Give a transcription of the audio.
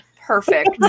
perfect